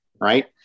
right